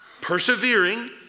persevering